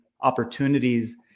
opportunities